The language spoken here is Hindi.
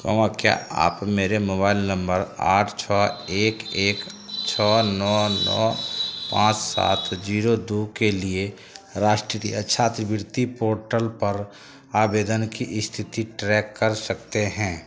क्या आप मेरे मोबाइल नम्बर आठ छः एक एक छः नौ नौ पाँच सात जीरो दो के लिए राष्ट्रीय छात्रवृत्ति पोर्टल पर आवेदन की स्थिति ट्रैक कर सकते हैं